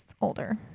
older